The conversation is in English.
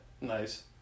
Nice